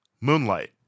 Moonlight